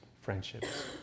friendships